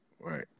Right